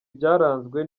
byaranzwe